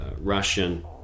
Russian